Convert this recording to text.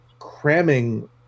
cramming